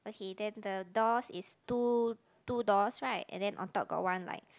okay then the doors is two two doors right and then on top got one like